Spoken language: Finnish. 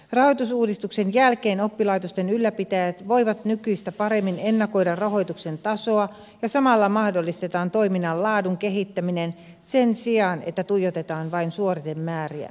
rahoitusuudistuksen jälkeen oppilaitosten ylläpitäjät voivat nykyistä paremmin ennakoida rahoituksen tasoa ja samalla mahdollistetaan toiminnan laadun kehittäminen sen sijaan että tuijotetaan vain suoritemääriä